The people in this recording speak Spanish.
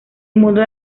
mundo